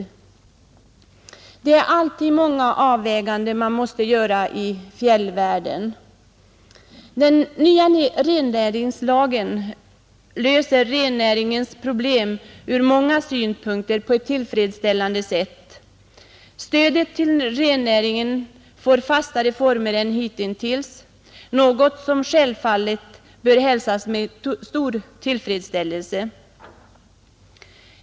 Det är alltid många avväganden man måste göra uppe i fjällvärlden. Den nya rennäringslagen löser ur många synpunkter rennäringens problem på ett tillfredsställande sätt. Stödet till rennäringen får fastare former än hitintills, något som självfallet bör hälsas med stor tillfredsställelse.